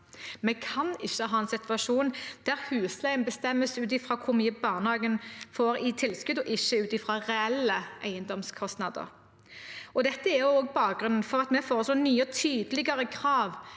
Vi kan ikke ha en situasjon der husleien bestemmes ut fra hvor mye barnehagen får i tilskudd, og ikke ut fra reelle eiendomskostnader. Dette er også bakgrunnen for at vi foreslår nye og tydeligere krav